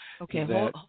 okay